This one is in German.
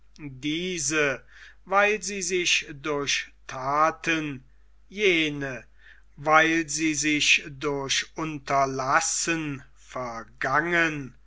diese weil sie sich durch thaten jene weil sie sich durch unterlassen vergangen